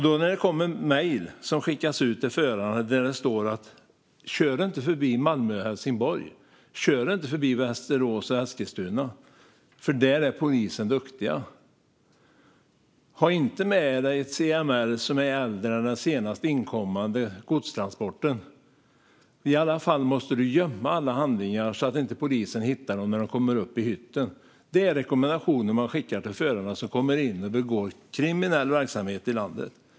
Det skickas ut mejl till förarna där det står att de inte ska köra förbi exempelvis Malmö och Helsingborg eller Västerås och Eskilstuna eftersom polisen där är duktig. De uppmanas att inte ha med sig ett CMR som är äldre än den senaste inkommande godstransporten. De uppmanas också att gömma alla handlingar, så att polisen inte hittar dem när de kommer upp i hytten. Det är rekommendationer som skickas till förare som kommer in och begår kriminell verksamhet i landet.